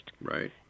Right